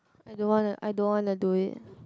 I don't want to I don't want to do it